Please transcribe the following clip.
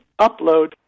upload